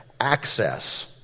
access